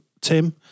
Tim